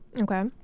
Okay